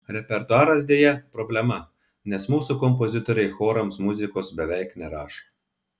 repertuaras deja problema nes mūsų kompozitoriai chorams muzikos beveik nerašo